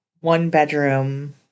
one-bedroom